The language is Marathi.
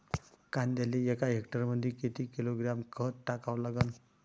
कांद्याले एका हेक्टरमंदी किती किलोग्रॅम खत टाकावं लागन?